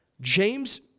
James